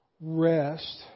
rest